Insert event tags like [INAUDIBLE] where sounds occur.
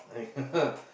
yeah [LAUGHS]